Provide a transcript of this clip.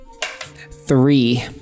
Three